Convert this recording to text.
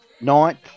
Ninth